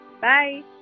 bye